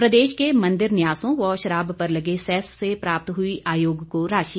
प्रदेश के मंदिर न्यासों व शराब पर लगे सैस से प्राप्त हुई आयोग को राशि